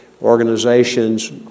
organizations